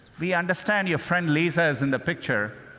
we understand your friend, lisa, is in the picture,